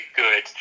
good